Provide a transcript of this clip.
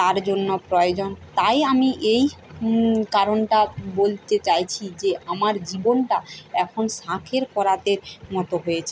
তার জন্য প্রয়োজন তাই আমি এই কারণটা বলতে চাইছি যে আমার জীবনটা এখন শাঁখের করাতের মতো হয়েছে